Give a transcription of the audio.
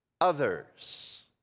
others